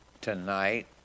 tonight